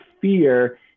fear